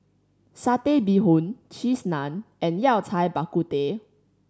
Satay Bee Hoon Cheese Naan and Yao Cai Bak Kut Teh